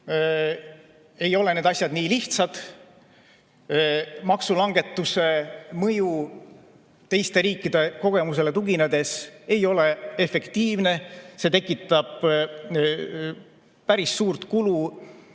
ei ole need asjad nii lihtsad. Maksulangetuse mõju ei ole teiste riikide kogemuse kohaselt efektiivne, see tekitab päris suurt kulu